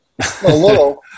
Hello